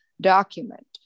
document